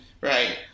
right